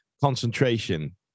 concentration